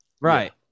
Right